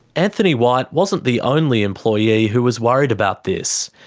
anthony white wasn't the only employee who was worried about this.